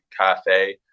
Cafe